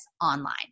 online